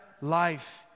life